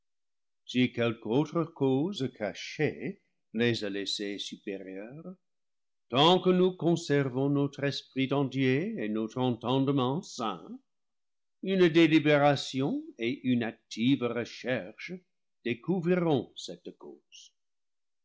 si quelque autre cause cachée les a laissés su périeurs tant que nous conservons notre esprit entier et notre entendement sain une délibération et une active recherche découvriront cette cause